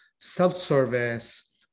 self-service